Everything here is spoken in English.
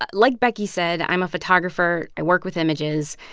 but like becky said, i'm a photographer. i work with images.